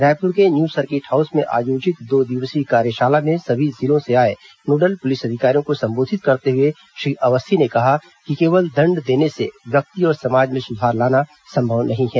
रायपुर के new circuit house में आयोजित दो दिवसीय कार्यशाला में सभी जिलों से आए नोडल पुलिस अधिकारियों को संबोधित करते हुए श्री अवस्थी ने कहा कि केवल दण्ड देने से व्यक्ति और समाज में सुधार लाना संभव नहीं है